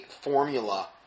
formula